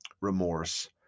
remorse